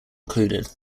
included